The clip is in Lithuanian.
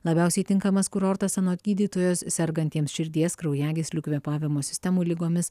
labiausiai tinkamas kurortas anot gydytojos sergantiems širdies kraujagyslių kvėpavimo sistemų ligomis